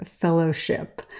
fellowship